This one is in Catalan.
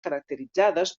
caracteritzades